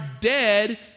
dead